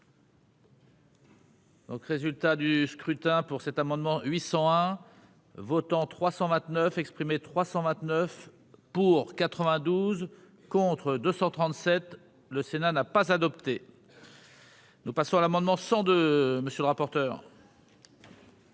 résultat du scrutin pour cet amendement 801 Votants 329 329 pour 92 contre 237 le Sénat n'a pas adopté. Nous passons à l'amendement 100 de monsieur le rapporteur.